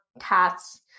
cats